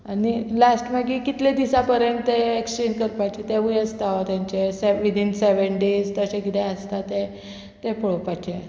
आनी लास्ट मागीर कितले दिसा पर्यंत ते एक्सचेंज करपाचे तेवूय आसता तेंचे विदीन सेवेन डेज तशे किदें आसता ते ते पळोवपाचे